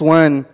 one